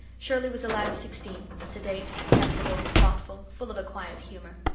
shirley was a lad of sixteen, sedate, sensible, thoughtful, full of a quiet humour.